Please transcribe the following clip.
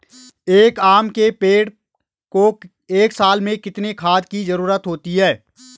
एक आम के पेड़ को एक साल में कितने खाद की जरूरत होती है?